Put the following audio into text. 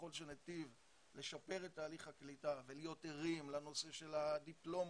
וככל שנטיב לשפר את תהליך הקליטה ולהיות ערים לנושא של הדיפלומות